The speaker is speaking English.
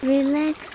Relax